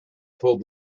pulled